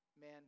man